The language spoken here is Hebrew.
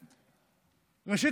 ראשית,